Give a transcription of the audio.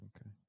Okay